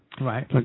Right